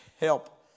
help